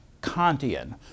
Kantian